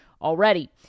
Already